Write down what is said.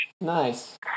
nice